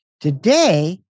Today